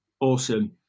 Awesome